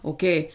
Okay